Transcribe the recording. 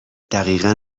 دقیقا